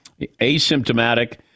asymptomatic